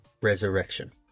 resurrection